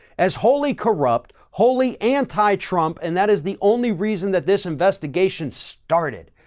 as wholly corrupt, wholly anti-trump, and that is the only reason that this investigation started.